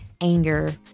anger